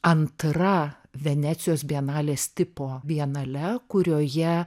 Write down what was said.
antra venecijos bienalės tipo bienale kurioje